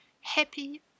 Happy